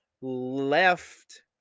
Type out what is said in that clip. left